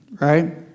right